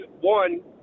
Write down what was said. one